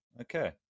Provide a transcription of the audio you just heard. Okay